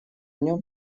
нём